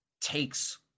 takes